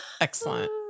Excellent